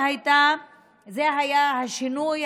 זה היה השינוי,